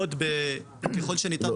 ככל שניתן,